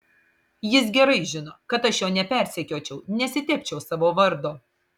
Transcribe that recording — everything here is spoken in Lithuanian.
jis gerai žino kad aš jo nepersekiočiau nesitepčiau savo vardo